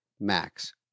Max